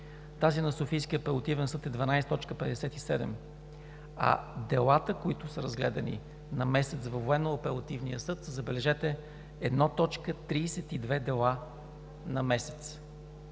тази на Софийския апелативен съд е 12,57, а делата, които са разгледани на месец във Военно-апелативния съд са, забележете, 1,32 дела.